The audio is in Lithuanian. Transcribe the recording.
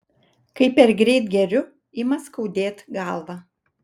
kai per greit geriu ima skaudėt galvą